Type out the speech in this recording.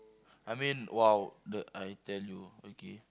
I mean !wow! the I tell you okay